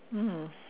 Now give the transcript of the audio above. mm